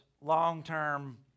long-term